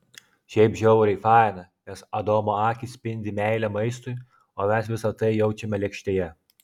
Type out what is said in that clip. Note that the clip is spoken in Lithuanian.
šiaip žiauriai faina nes adomo akys spindi meile maistui o mes visa tai jaučiame lėkštėje